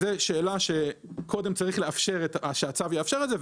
זאת שאלה שקודם צריך שהצו יאפשר את זה,